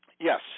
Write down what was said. Yes